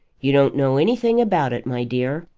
you don't know anything about it, my dear,